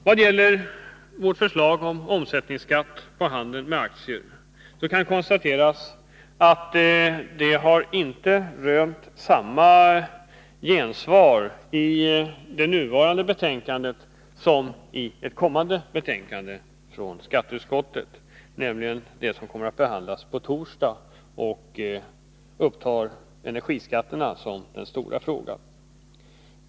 Vad gäller vårt förslag att omsättningsskatten på handel med aktier skall slopas kan det konstateras att detta inte har rönt samma gensvar i det nu föreliggande betänkandet som i ett kommande betänkande från skatteutskottet, nämligen det som skall behandlas på torsdag i nästa vecka och som upptar energiskatterna som den stora frågan.